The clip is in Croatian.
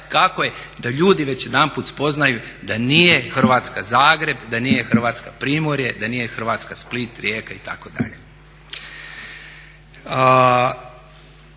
kako je, da ljudi već jedanput spoznaju da nije Hrvatska Zagreb, da nije Hrvatska Primorje, da nije Hrvatska Split, Rijeka itd..